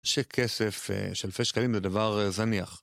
שכסף, שאלפי שקלים זה דבר זניח.